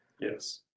yes